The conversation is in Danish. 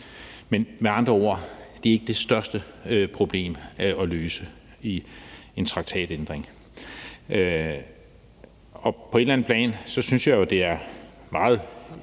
er med andre ord ikke det største problem at løse i en traktatændring. På et og eller andet plan synes jeg jo, at det er meget